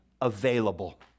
available